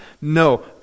No